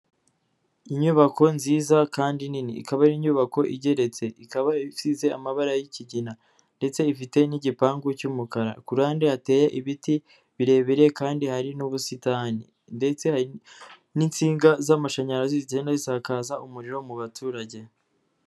Inyubako nziza kandi nini, ikaba ari inyubako igeretse, ikaba isize amabara y'ikigina ndetse ifite n'igipangu cy'umukara, ku ruhande hateye ibiti birebire kandi hari n'ubusitani ndetse n'insinga z'amashanyarazi zigenda zisakaza umuriro mu baturage.